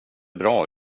bra